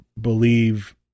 believe